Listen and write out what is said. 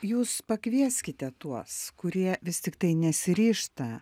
jūs pakvieskite tuos kurie vis tiktai nesiryžta